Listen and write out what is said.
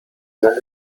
más